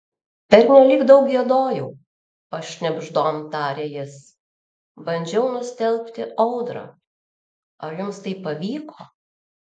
pernelyg daug giedojau pašnibždom taria jis bandžiau nustelbti audrą ar jums tai pavyko